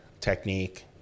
technique